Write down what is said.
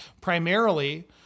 primarily